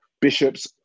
bishops